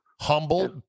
Humble